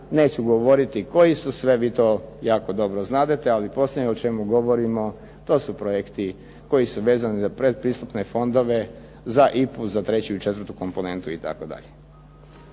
Neću govoriti koji su sve, vi to jako dobro znadete, ali posljednje o čemu govorimo to su projekti koji su vezani za pretpristupne fondove, za IPA-u, za treću i četvrtu komponentu itd.